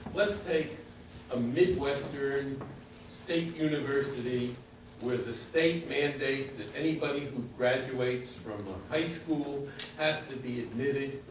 let's take a midwestern state university where the state mandates that anybody who graduates from a high school has to be admitted,